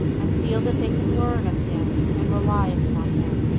and feel that they can learn of him and rely upon him.